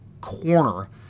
corner